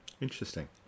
Interesting